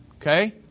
Okay